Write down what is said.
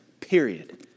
period